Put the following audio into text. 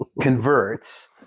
converts